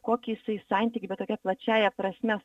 kokį jisai santykį bet tokia plačiąja prasme